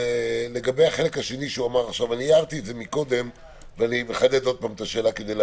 אבל אני כן מייעץ לך אולי פעם אחת ולתמיד